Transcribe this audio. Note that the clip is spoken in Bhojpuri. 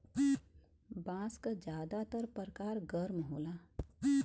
बांस क जादातर परकार गर्म होला